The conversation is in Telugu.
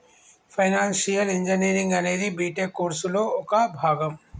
ఫైనాన్షియల్ ఇంజనీరింగ్ అనేది బిటెక్ కోర్సులో ఒక భాగం